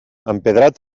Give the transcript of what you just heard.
empedrat